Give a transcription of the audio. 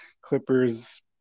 Clippers